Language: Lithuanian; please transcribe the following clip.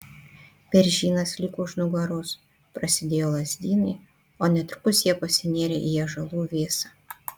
beržynas liko už nugaros prasidėjo lazdynai o netrukus jie pasinėrė į ąžuolų vėsą